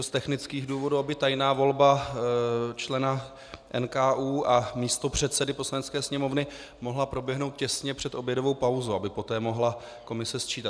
Je to z technických důvodů, aby tajná volba člena NKÚ a místopředsedy Poslanecké sněmovny mohla proběhnout těsně před obědovou pauzou, aby poté mohla komise sčítat.